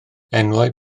enwau